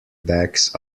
bags